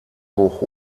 hoch